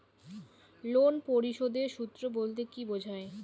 Loan পরিশোধের সূএ বলতে কি বোঝায়?